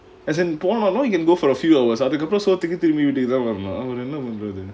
as in for போனாலும்:ponaalum you can go for a few hours சோத்துக்கு திருப்பி வீட்டுக்கு தான் வரணும்:sothukku thiruppi veetukku thaan varanum